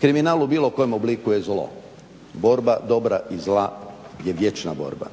Kriminal u bilo kojem obliku je zlo. Borba dobra i zla je vječna borba.